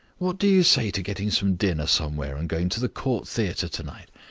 what do you say to getting some dinner somewhere and going to the court theatre tonight?